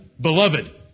Beloved